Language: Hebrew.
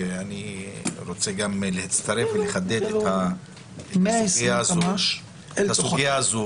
ואני רוצה גם להצטרף ולחדד את הסוגיה הזאת.